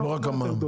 לא רק המע"מ,